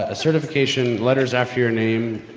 ah certifications, letters after your name,